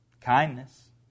kindness